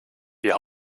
wir